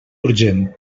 urgent